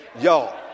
y'all